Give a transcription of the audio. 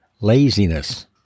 laziness